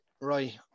Right